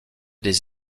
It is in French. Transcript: des